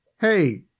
hey